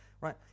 Right